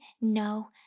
No